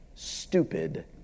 Stupid